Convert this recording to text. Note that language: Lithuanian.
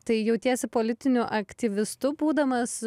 tai jautiesi politiniu aktyvistu būdamas